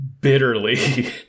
bitterly